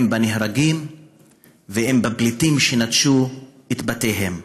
הם בנהרגים והם בפליטים שנטשו את בתיהם.